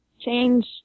change